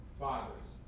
fathers